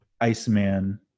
Iceman